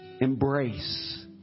Embrace